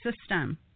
system